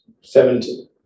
Seventy